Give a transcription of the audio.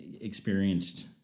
experienced